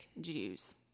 Jews